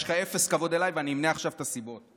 יש לך אפס כבוד אליי, ואני אמנה עכשיו את הסיבות.